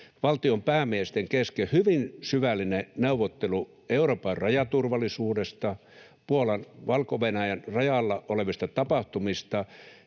valtion päämiesten kesken hyvin syvällinen neuvottelu Euroopan rajaturvallisuudesta, Puolan Valko-Venäjän rajalla olevista tapahtumista